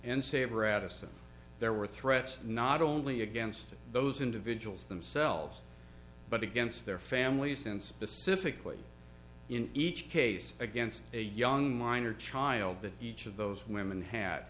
and save radisson there were threats not only against those individuals themselves but against their families and specifically in each case against a young minor child that each of those women